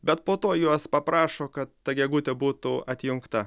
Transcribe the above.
bet po to juos paprašo kad ta gegutė būtų atjungta